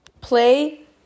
play